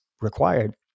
required